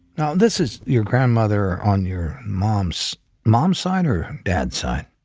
now, this is your grandmother on your mom's mom's side or dad's side?